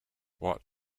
what